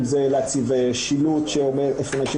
אם זה להציב שילוט שאומר איפה נשים